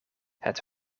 het